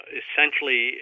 essentially